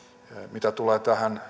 mitä tulee